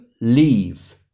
leave